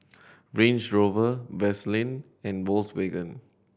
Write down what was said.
Range Rover Vaseline and Volkswagen